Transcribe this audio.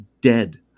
dead